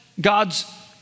God's